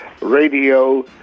radio